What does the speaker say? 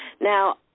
Now